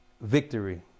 victory